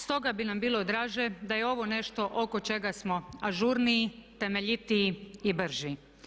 Stoga bi nam bilo draže da je ovo nešto oko čega smo ažurniji, temeljitiji i brži.